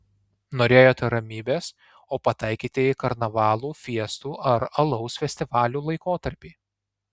norėjote ramybės o pataikėte į karnavalų fiestų ar alaus festivalių laikotarpį